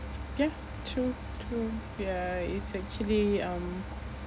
ya true true ya it's actually um